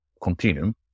continuum